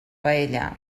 paella